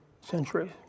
centuries